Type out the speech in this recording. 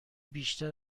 بیشتر